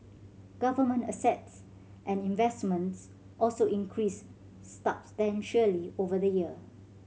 government assets and investments also increased over the year